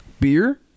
Beer